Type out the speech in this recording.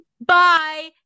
Bye